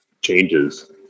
changes